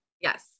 Yes